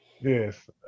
Yes